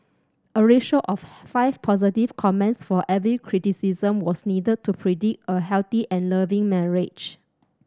a ratio of five positive comments for every criticism was needed to predict a healthy and loving marriage